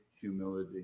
humility